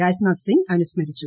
രാജ്നാഥ് സിംഗ് അനുസ്മരിച്ചു